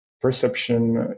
perception